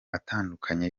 atandukanye